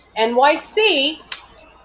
NYC